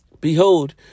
Behold